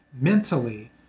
mentally